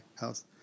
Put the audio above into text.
house